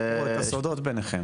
עומדים לקראת חתימה על הסכם עם המדינה.